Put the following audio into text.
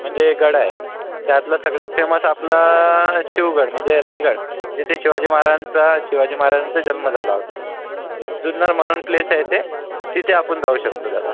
म्हणजे गडं आहेत त्यातलं सगळ्यात फेमस् आपला शिवगड म्हणजे रायगड जिथे शिवाजी महाराजांचा शिवाजी महाराजांचा जन्म झाला होता जुन्नर म्हणून प्लेस आहे ते तिथे आपण जाऊ शकतो दादा